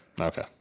okay